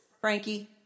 Frankie